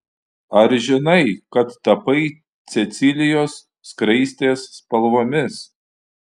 ar žinai kad tapai cecilijos skraistės spalvomis